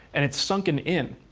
and it's sunken in,